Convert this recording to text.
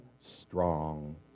strong